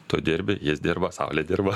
tu dirbi jis dirba saulė dirba